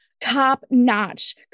top-notch